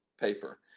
paper